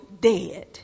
dead